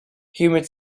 humid